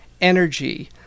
energy